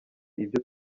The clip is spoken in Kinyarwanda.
ibyo